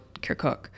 Kirkuk